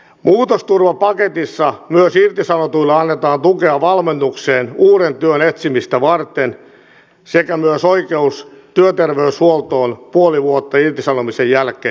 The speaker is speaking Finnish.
muutosturvapaketissa myös irtisanotuille annetaan tukea valmennukseen uuden työn etsimistä varten sekä myös oikeus työterveyshuoltoon puoli vuotta irtisanomisen jälkeen